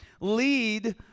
lead